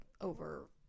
over